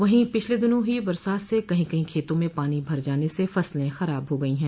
वहीं पिछले दिनों हुई बरसात से कही कही खेतों में पानी भर जाने से फसले खराब हो गई है